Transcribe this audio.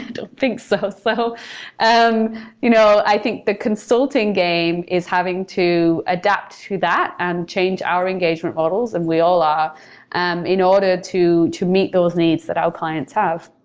don't think so. so um you know i think the consulting game is having to adapt to that and change our engagement models and we all are um in order to to meet those needs that our clients have.